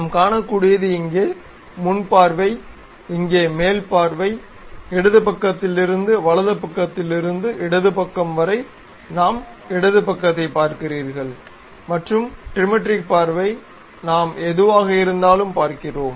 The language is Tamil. நாம் காணக்கூடியது இங்கே முன் பார்வை இங்கே மேல் பார்வை இடது பக்கத்திலிருந்து வலது பக்கத்திலிருந்து இடது பக்கம் வரை நாம் இடது பக்கத்தைப் பார்க்கிறீர்கள் மற்றும் டிரிமெட்ரிக் பார்வை நாம் எதுவாக இருந்தாலும் பார்க்கிறோம்